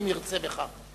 אם ירצה בכך.